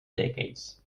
decades